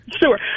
sure